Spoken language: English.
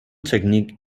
technique